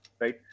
right